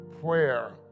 prayer